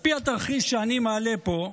על פי התרחיש שאני מעלה פה,